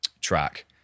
track